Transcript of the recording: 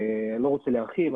אני לא רוצה להרחיב,